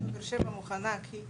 אם באר שבע מוכנה כעיר,